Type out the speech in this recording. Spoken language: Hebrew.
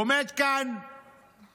עומד כאן